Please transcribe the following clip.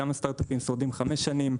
כמה סטארט-אפים שורדים חמש שנים,